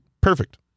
perfect